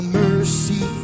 mercy